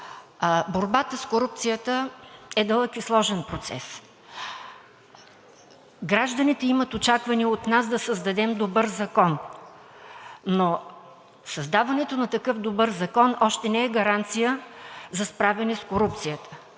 Борбата с корупцията е дълъг и сложен процес. Гражданите имат очаквания от нас да създадем добър закон, но създаването на такъв добър закон още не е гаранция за справяне с корупцията